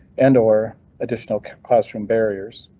and or additional classroom barriers,